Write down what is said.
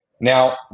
Now